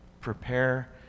prepare